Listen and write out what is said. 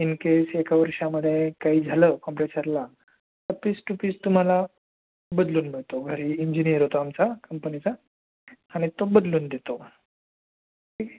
in case एका वर्षामध्ये काही झालं कॉम्प्रेसरला तर पीस टू पीस तुम्हाला बदलून मिळतो घरी इंजिनियर येतो आमचा कंपनीचा आणि तो बदलून देतो ठीक आहे